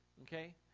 Okay